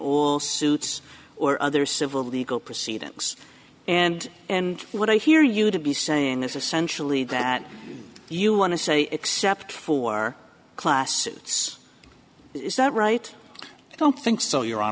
all suits or other civil legal proceedings and and what i hear you to be saying this essentially that you want to say except for classes is that right i don't think so you